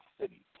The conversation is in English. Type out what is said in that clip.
city